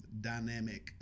dynamic